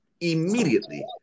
immediately